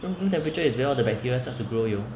room room temperature is where all the bacteria starts to grow yo